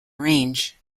range